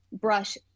brush